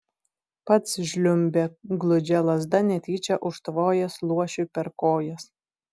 pats žliumbė gludžia lazda netyčia užtvojęs luošiui per kojas